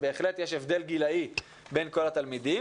בהחלט יש הבדל בין הגילאים של כל התלמידים,